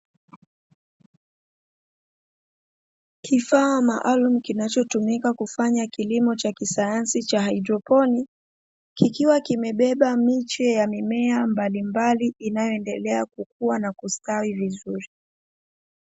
Kifaa maalumu kiinachotumika kufanya kilimo cha kisayansi cha haidroponi, kikiwa kimebeba miche ya mimea mbalimbali inayoendelea kukua na kustawi vizuri.